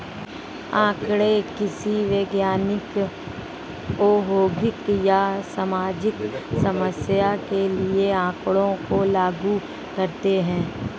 आंकड़े किसी वैज्ञानिक, औद्योगिक या सामाजिक समस्या के लिए आँकड़ों को लागू करते है